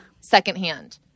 secondhand